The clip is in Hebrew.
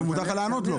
ומותר לך לענות לו.